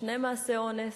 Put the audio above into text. בשני מעשי אונס,